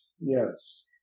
Yes